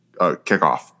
kickoff